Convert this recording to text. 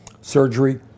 surgery